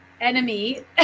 enemy